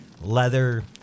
leather